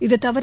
இது தவிர